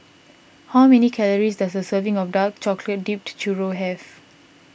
how many calories does a serving of Dark Chocolate Dipped Churro have